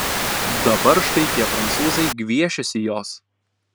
dabar štai tie prancūzai gviešiasi jos